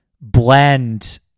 blend